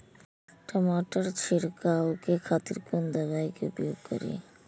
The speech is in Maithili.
टमाटर छीरकाउ के खातिर कोन दवाई के उपयोग करी?